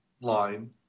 line